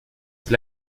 will